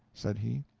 said he.